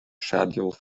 schedule